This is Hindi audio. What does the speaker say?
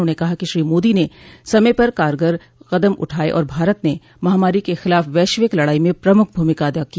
उन्होंने कहा कि श्री मोदी ने समय पर कारगर कदम उठाए और भारत ने महामारी के खिलाफ वैश्विक लड़ाई में प्रमुख भूमिका अदा की